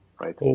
right